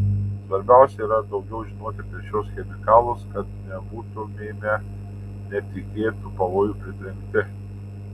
svarbiausia yra daugiau žinoti apie šiuos chemikalus kad nebūtumėme netikėtų pavojų pritrenkti